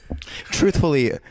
Truthfully